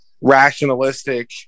rationalistic